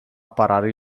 parare